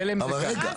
חלם זה כאן.